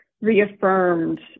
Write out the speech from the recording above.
reaffirmed